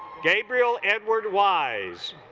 gabriel edward wise